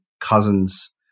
cousins